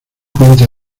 cuenta